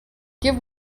give